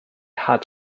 had